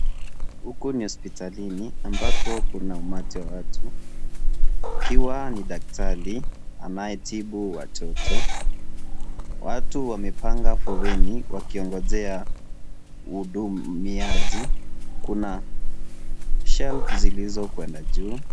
Huku ni hospitalini ambako kuna umati wa watu kukiwa ni daktari anae tibu watoto. Watu wamepanga foleni wakiongojea uhudumiaji. Kuna shelf zilizo kwenda juu.